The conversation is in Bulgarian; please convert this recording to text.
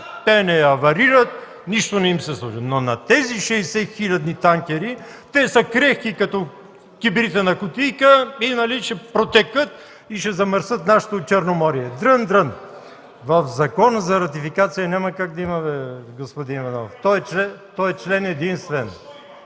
Те не аварират, нищо не им се случва. Но тези 60-хилядни танкери – те са крехки като кибритена кутийка, ще протекат и ще замърсят нашето Черноморие! Дрън-дрън! В Закона за ратификация няма как да има, бе, господин Иванов. Той е член единствен.